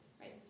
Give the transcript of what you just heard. right